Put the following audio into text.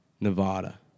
Nevada